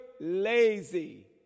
lazy